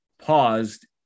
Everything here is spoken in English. paused